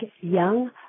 Young